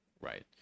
right